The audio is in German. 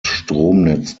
stromnetz